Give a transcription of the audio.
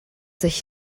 sich